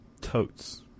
totes